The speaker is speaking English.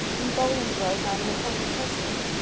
in bolingbroke i'm an important personage,